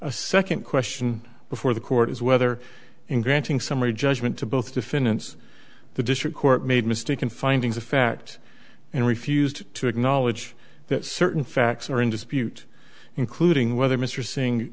a second question before the court is whether in granting summary judgment to both defendants the district court made a mistake in findings of fact and refused to acknowledge that certain facts are in dispute including whether mr sing